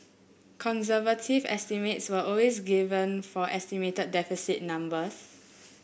conservative estimates were always given for estimated deficit numbers